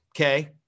Okay